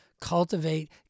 cultivate